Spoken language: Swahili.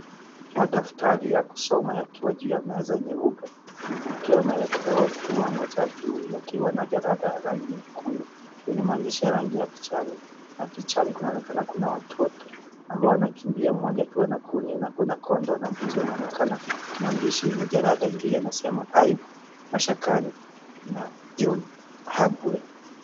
Madaftari ya kusoma yakiwa juu ya meza nyeupe, yakiwa yameekelewa kiwango cha juu yakiwa na jarada la rangi nyekundu, yenye maandishi ya rangi ya kijani na pichani kunaonekana kuna watoto ambao wanakimbia mmoja akiwa na kuni na kuna kondoo na mbuzi wanaonekana, maandishi yenye jarada hili yanasema Ayubu M ashakani na John Habwe.